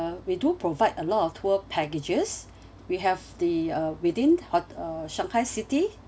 we do provide a lot of tour packages we have the uh within ho~ uh shanghai city